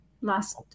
last